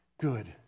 good